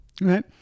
Right